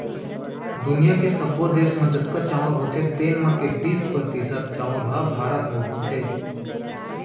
दुनियॉ के सब्बो देस म जतका चाँउर होथे तेन म के बीस परतिसत चाउर ह भारत म होथे